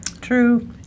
True